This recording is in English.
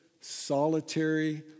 solitary